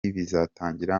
bizatangirira